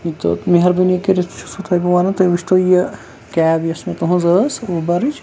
ٲں تہٕ مہربٲنی کٔرِتھ چھُسو تۄہہِ بہٕ وَنان تُہۍ وُچھۍ تو یہِ کیب یۄس مےٚ تُہنٛز ٲس اوبَرٕچ